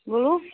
बोलू